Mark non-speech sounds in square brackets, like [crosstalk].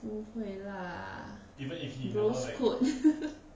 不会 lah bro's code [laughs]